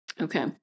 Okay